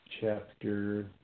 chapter